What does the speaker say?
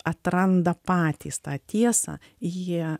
atranda patys tą tiesą jie